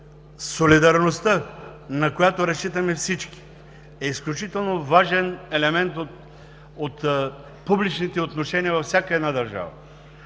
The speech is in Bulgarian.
солидарността, на която разчитаме всички, е изключително важен елемент от публичните отношения във всяка една държава.